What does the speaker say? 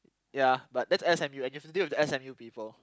ya but that's S_M_U I get to deal with the S_M_U people